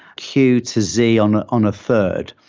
q to z on ah on a third.